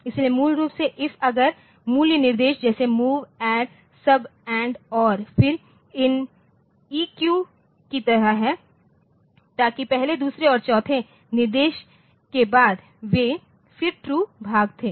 इसलिए मूल रूप से इफ अगर मूल निर्देश जैसे move add sub and or फिर इन ईक्यू की तरह है यदि पहले दूसरे और चौथे निर्देश के बाद वे फिर ट्रू भाग थे